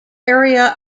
area